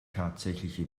tatsächliche